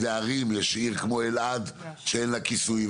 אלה ערים כמו אלעד שאין לה כיסוי,